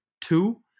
Two